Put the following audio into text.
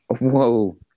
whoa